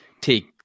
take